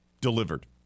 Delivered